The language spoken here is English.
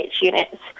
units